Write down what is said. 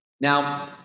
Now